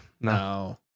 No